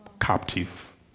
captive